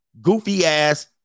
goofy-ass